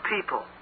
people